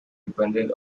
depended